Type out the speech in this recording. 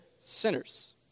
sinners